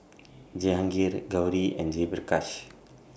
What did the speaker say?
Jehangirr Gauri and Jayaprakash